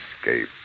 escape